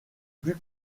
plus